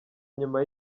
nyuma